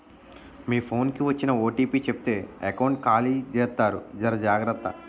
మీ phone కి వచ్చిన OTP చెప్తే ఎకౌంట్ ఖాళీ జెత్తారు జర జాగ్రత్త